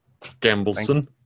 Gambleson